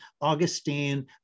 Augustine